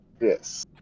Yes